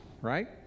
right